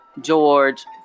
George